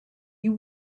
you